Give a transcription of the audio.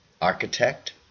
architect